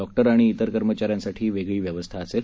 doctors आणि इतर कर्मचाऱ्यांसाठी वेगळी व्यवस्था असेल